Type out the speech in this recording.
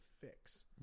fix